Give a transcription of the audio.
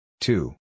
Two